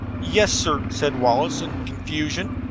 yes, sir, said wallace, in confusion.